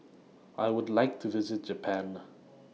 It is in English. I Would like to visit Japan